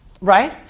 Right